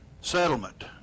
settlement